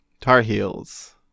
Tar-Heels